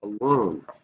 alone